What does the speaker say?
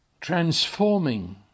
transforming